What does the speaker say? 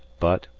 but,